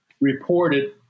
reported